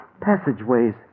passageways